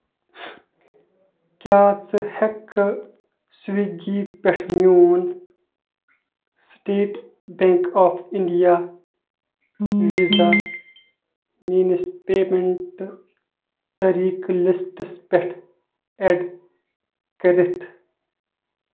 کیٛاہ ژٕ ہٮ۪کہٕ سُوِگی پٮ۪ٹھ میون سٕٹیٹ بیٚنٛک آف اِنٛڈیا ویٖزا میٲنِس پیمنٹ طٔریٖقہٕ لِسٹَس پٮ۪ٹھ ایڈ کٔرِتھ